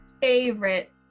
favorite